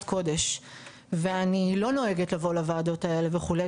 קודש ואני לא נוהגת לבוא לוועדות האלה וכו',